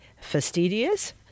Fastidious